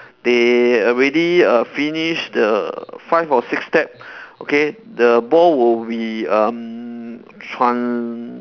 they already err finish the five or six tap okay the ball will be um tran~